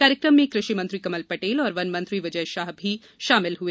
कार्यक्रम में कृषि मंत्री कमल पटेल और वन मंत्री विजय शाह भी शामिल हुए